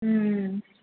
ம்